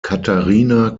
katharina